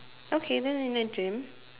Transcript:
okay then in a gym